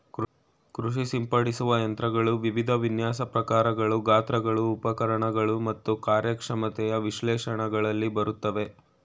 ಕೃಷಿ ಸಿಂಪಡಿಸುವ ಯಂತ್ರಗಳು ವಿವಿಧ ವಿನ್ಯಾಸ ಪ್ರಕಾರಗಳು ಗಾತ್ರಗಳು ಉಪಕರಣಗಳು ಮತ್ತು ಕಾರ್ಯಕ್ಷಮತೆಯ ವಿಶೇಷಣಗಳಲ್ಲಿ ಬರ್ತವೆ